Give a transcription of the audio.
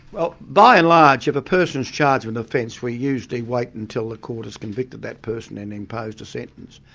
well by and large, if a person's charged with an offence, we usually wait until the court has convicted that person and imposed a sentence.